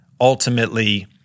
ultimately